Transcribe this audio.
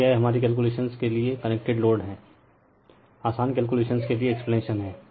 और यह हमारी कॅल्क्युलेशन्स के लिए कनेक्टेड लोड है आसान कॅल्क्युलेशन्स के लिए एक्सप्लेनेशन हैं